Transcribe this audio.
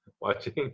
watching